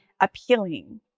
appealing